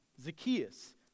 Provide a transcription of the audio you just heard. Zacchaeus